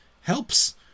helps